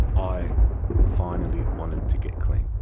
i finally wanted to get clean.